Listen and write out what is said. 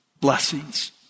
blessings